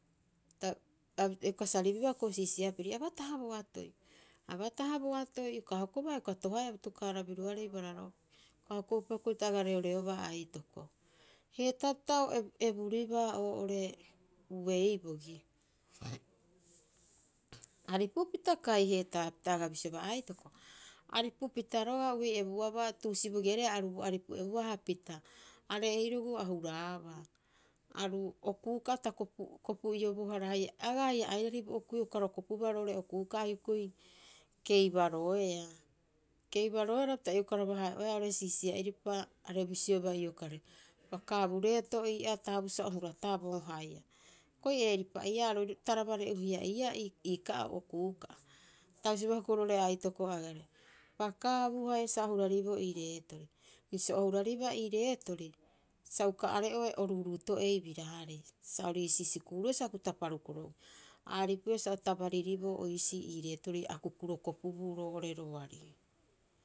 Ta ioka saribibaa hioko'i siisia piri, Abataha boatoi, abataha boatoi. Ioaka hokoba ioka tohaea bo tokaara biruarei bara'opi. Ioka hoko'upa ta aga reoreoba hioko'i aitoko. Heetaapita o eburibaa oo'ore uei bogi? Aripu pita kai heetaapita? Aga bisiobaa, Aitoko aripupita roga'a a uei ebuabaa tuusi bogiarei hapita are'ei roguu a huraaba, o kuuka'a ta kopu'iobohara haia agaa haia airari bo okuu ioka ro kopbuubaa roo'ore okuuka'a hioko'i keibaroeaa. Keibaroehara opita iokaraba hae'oeaa oo'ore siisia'iripa are bisieba iokare. Pakaabu reeto ii'aa, taabuu ha o hurataboo haia. Hioko'i eeripa iiaa taraba re'u hia iiaa ii ka'oo okuu ka'a. Ta bisiobaa hioko'i roo'ore aitoko agare, paakaabu haia sa o hurariboo ii reetori. Bisio o huraribaa ii reetori, sa uka are'oe o ruuruuto'ei biraarei. Sa ori iisi sikuuru'ue sa akukupita parukoro'ue. A aripuia sa o tabaririboo iisii ii reetori akuku rokopubuu roo'ore roari.